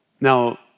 Now